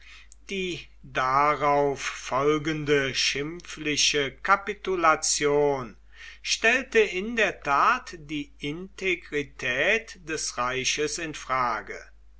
die darauf folgende schimpfliche kapitulation stellte in der tat die integrität des reiches in frage